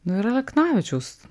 nu ir aleknavičiaus